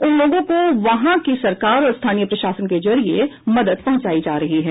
उन लोगों को वहां की सरकार और स्थानीय प्रशासन के जरिए मदद पहुंचाई जा रही है